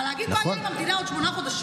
אבל להגיד: מה יהיה עם המדינה בעוד שמונה חודשים?